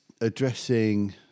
addressing